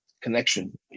connection